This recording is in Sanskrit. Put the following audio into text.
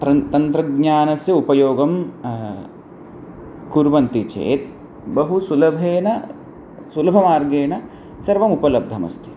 तत्र तन्त्रज्ञानस्य उपयोगं कुर्वन्ति चेत् बहु सुलभेन सुलभमार्गेण सर्वम् उपलब्धमस्ति